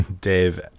Dave